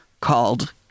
called